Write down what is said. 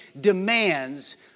demands